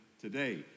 today